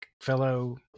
fellow